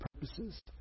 purposes